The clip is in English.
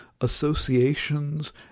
associations